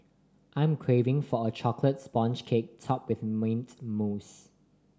I'm craving for a chocolate sponge cake topped with mint mousse